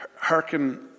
hearken